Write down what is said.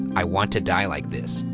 i want to die like this.